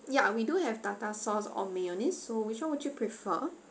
ya we do have tartare sauce or mayonnaise so which [one] would you prefer